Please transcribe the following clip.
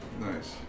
Nice